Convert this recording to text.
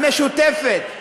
המשותפת,